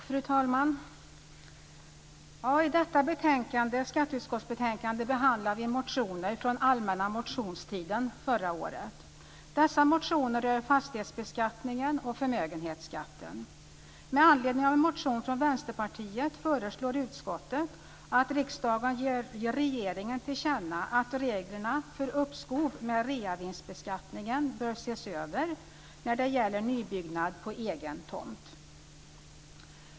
Fru talman! I detta skatteutskottsbetänkande behandlar vi motioner från allmänna motionstiden förra året. Dessa motioner rör fastighetsbeskattningen och förmögenhetsskatten. Med anledning av en motion från Vänsterpartiet föreslår utskottet att riksdagen ger regeringen till känna att reglerna för uppskov med reavinstbeskattningen bör ses över när det gäller nybyggnad på egen tomt.